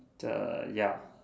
err ya